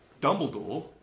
Dumbledore